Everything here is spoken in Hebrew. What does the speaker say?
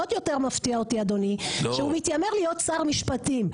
עוד יותר מפתיע אותי שהוא מתיימר להיות שר משפטים.